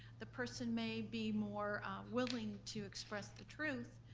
the person may be more willing to express the truth,